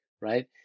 right